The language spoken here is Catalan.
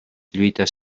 lluites